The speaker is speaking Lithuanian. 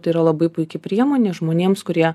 tai yra labai puiki priemonė žmonėms kurie